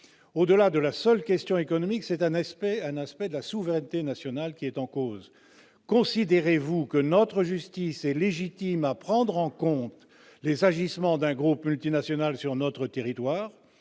au-delà de la seule question économique, c'est un aspect, un aspect de la souveraineté nationale qui est en cause, considérez-vous que notre justice est légitime à prendre en compte les agissements d'un groupe qui national sur notre territoire,